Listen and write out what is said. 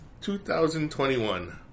2021